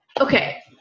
Okay